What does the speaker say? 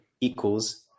equals